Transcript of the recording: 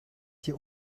die